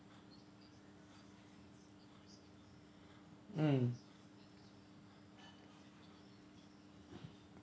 mm